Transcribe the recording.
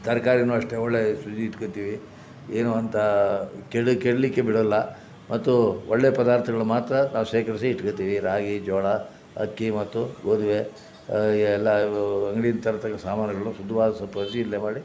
ತರಕಾರಿನೂ ಅಷ್ಟೇ ಒಳ್ಳೆ ಶುಚಿ ಇಟ್ಕೋತಿವಿ ಏನೂ ಅಂತ ಕೆಡು ಕೆಡಲಿಕ್ಕೆ ಬಿಡಲ್ಲ ಮತ್ತು ಒಳ್ಳೆಯ ಪದಾರ್ಥಗಳು ಮಾತ್ರ ನಾವು ಶೇಖರ್ಸಿ ಇಟ್ಕೋತಿವಿ ರಾಗಿ ಜೋಳ ಅಕ್ಕಿ ಮತ್ತು ಗೋಧಿ ಇವೇ ಎಲ್ಲ ಅಂಗ್ಡಿಯಿಂದ ತರ್ತಕ್ಕಂಥ ಸಾಮಾನುಗಳನ್ನು ಇಲ್ಲೇ ಮಾಡಿ